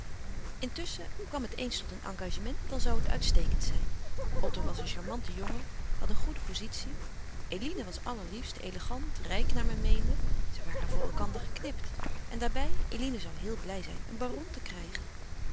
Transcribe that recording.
intusschen kwam het eens tot een engagement dan zou het uitstekend zijn otto was een charmante jongen had een goede pozitie eline was allerliefst elegant rijk naar men meende zij waren voor elkander geknipt en daarbij eline zou heel blij zijn een baron te krijgen